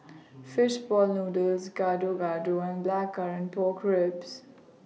Fish Ball Noodles Gado Gado and Blackcurrant Pork Ribs